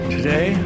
Today